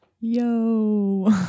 Yo